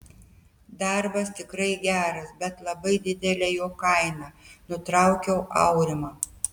darbas tikrai geras bet labai didelė jo kaina nutraukiau aurimą